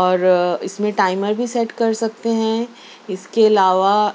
اور اِس میں ٹائمر بھی سیٹ کر سکتے ہیں اِس کے علاوہ